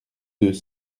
deux